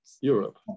Europe